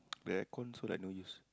the aircon also like no use